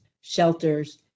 shelters